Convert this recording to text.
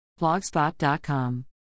blogspot.com